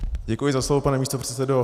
Děkuji za slovo, pane místopředsedo.